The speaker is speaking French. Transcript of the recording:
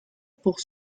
pour